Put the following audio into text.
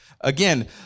Again